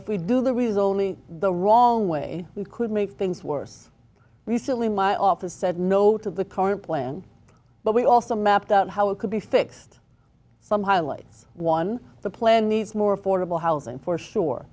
if we do the rezoning the wrong way we could make things worse recently my office said no to the current plan but we also mapped out how it could be fixed some highlights one the plan needs more affordable housing for sure